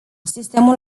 sistemul